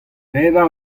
pevar